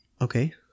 Okay